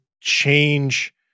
change